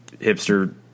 hipster –